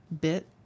bit